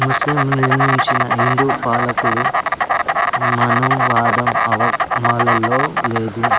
ముస్లిం నిర్మించిన హిందూ పాలకుడు మనువాదం అమలులో లేదు